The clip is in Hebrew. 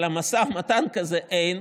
אבל משא ומתן כזה אין,